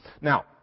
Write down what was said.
Now